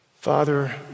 Father